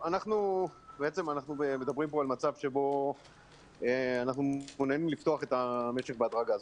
בעצם אנחנו מדברים פה על מצב שבו אנחנו מתכוננים לפתוח את המשק בהדרגה.